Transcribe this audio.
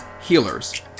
healers